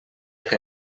que